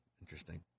interesting